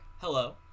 Hello